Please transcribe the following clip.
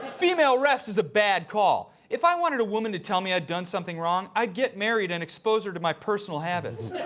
female refs is a bad call. if i wanted a woman to tell me i'd done something wrong, i'd get married and expose her to my personal habits.